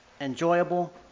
enjoyable